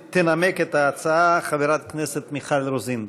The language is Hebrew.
תנמק את ההצעה חברת הכנסת מיכל רוזין.